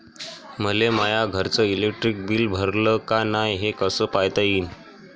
मले माया घरचं इलेक्ट्रिक बिल भरलं का नाय, हे कस पायता येईन?